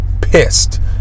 pissed